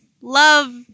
Love